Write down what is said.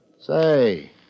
Say